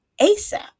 ASAP